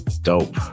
Dope